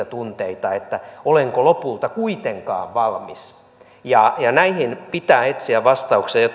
tunteita olenko lopulta kuitenkaan valmis näihin pitää etsiä vastauksia ja